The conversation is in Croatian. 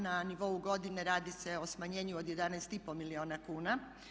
Na nivou godine radi se o smanjenju od 11,5 milijuna kuna.